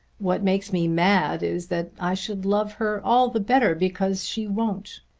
what makes me mad is that i should love her all the better because she won't.